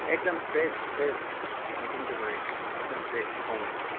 एकदम fresh fresh nothing to worry एकदम fresh पाउनुहुन्छ